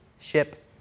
ship